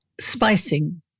spicing